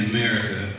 America